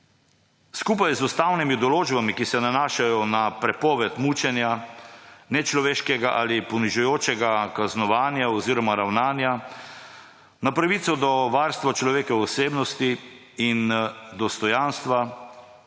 Skupaj z ustavnimi določbami, ki se nanašajo na prepoved mučenja, nečloveškega ali ponižujočega kaznovanja oziroma ravnanja, na pravico do varstva človekove osebnosti in dostojanstva,